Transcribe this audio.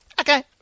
Okay